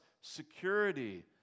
security